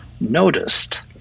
noticed